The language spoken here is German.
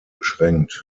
beschränkt